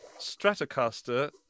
Stratocaster